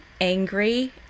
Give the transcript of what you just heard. angry